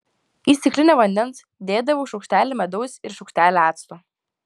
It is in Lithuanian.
į stiklinę vandens dėdavau šaukštelį medaus ir šaukštelį acto